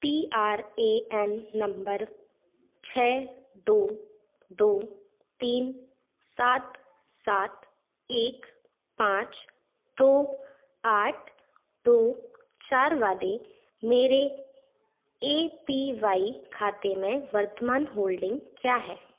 P R A N number छ दो दो तीन सात सात एक पाँच दो आठ दो चार वाले मेरे ए पी वाई खाते में वर्तमान होल्डिंग क्या है